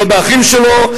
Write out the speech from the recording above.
לא באחים שלו,